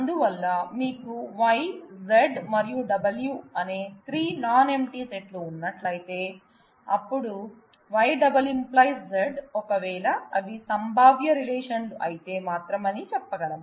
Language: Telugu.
అందువల్ల మీకు Y Z మరియు W అనే 3 నాన్ ఎంప్టీ సెట్ లు ఉన్నట్లయితే అప్పుడు Y →→ Z ఒకవేళ ఇవి సంభావ్య రిలేషన్లు అయితే మాత్రమే అని చెప్పగలం